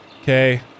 Okay